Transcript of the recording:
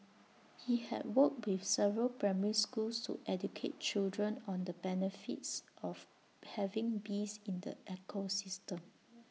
he had worked with several primary schools to educate children on the benefits of having bees in the ecosystem